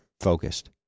focused